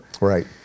Right